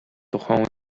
тухайн